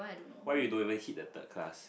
what if you don't even hit the third class